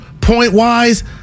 point-wise